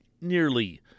nearly